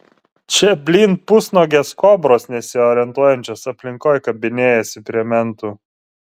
čia blyn pusnuogės kobros nesiorientuojančios aplinkoj kabinėjasi prie mentų